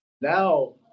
Now